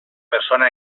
persona